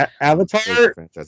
Avatar